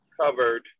covered